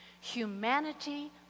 humanity